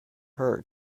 her